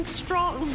strong